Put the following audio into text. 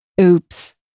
Oops